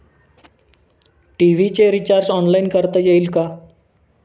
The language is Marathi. टी.व्ही चे रिर्चाज ऑनलाइन करता येईल का?